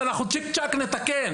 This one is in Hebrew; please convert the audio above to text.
אנחנו צ'יק צ'ק נתקן.